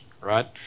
right